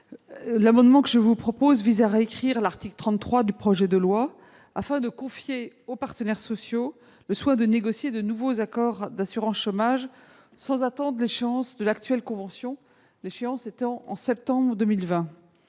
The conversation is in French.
amendement. Celui-ci vise en effet à récrire l'article 33 du projet de loi, afin de confier aux partenaires sociaux le soin de négocier de nouveaux accords d'assurance chômage sans attendre l'échéance de l'actuelle convention, qui est fixée au mois de septembre 2020.